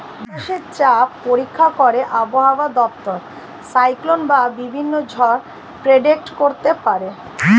বাতাসে চাপ পরীক্ষা করে আবহাওয়া দপ্তর সাইক্লোন বা বিভিন্ন ঝড় প্রেডিক্ট করতে পারে